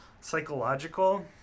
psychological